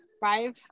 five